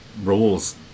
rules